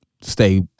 stay